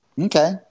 Okay